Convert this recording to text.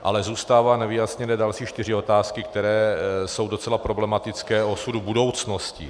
Ale zůstávají nevyjasněné další čtyři otázky, které jsou docela problematické, o osudu budoucnosti.